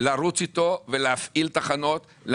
לרוץ איתו ולהפעיל תחנות,